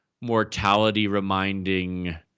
mortality-reminding